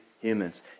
humans